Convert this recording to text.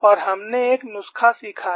और हमने एक नुस्खा सीखा है